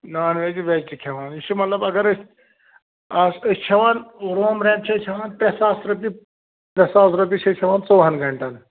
نان veg تہٕ veg تہِ کھٮ۪وان یہِ چھُ مطلب اگر أسۍ آ أسۍ چھِ ہٮ۪وان روٗم رینٛٹ چھِ أسۍ ہٮ۪وان ترٛےٚ ساس رۄپیہِ ترٛےٚ ساس رۄپیہِ چھِ أسۍ ہٮ۪وان ژۆوُہن گنٛٹن